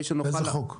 איזה חוק?